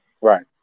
Right